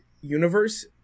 universe